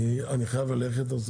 אני חייב ללכת.